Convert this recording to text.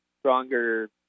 stronger